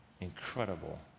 incredible